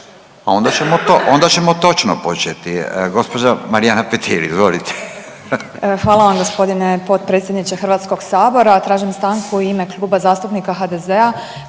onda ćemo točno početi. Gđa. Marijana Petir, izvolite.